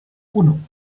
uno